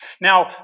Now